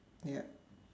ya